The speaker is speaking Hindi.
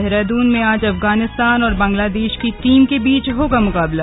देहरादून में आज अफगानिस्तान और बांग्लादेश की टीम के बीच होगा मुकाबला